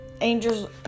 angels